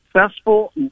successful